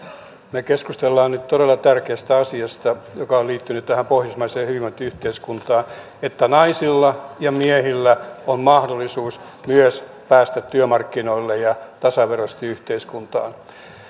me keskustelemme nyt todella tärkeästä asiasta joka on liittynyt tähän pohjoismaiseen hyvinvointiyhteiskuntaan siitä että naisilla ja miehillä on myös mahdollisuus päästä työmarkkinoille ja tasaveroisesti yhteiskuntaan